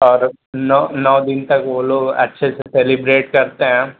और नौ नौ दिन तक वो लोग अच्छे से सेलिब्रेट करते हैं